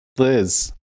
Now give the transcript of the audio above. Liz